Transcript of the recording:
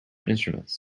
instruments